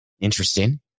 Interesting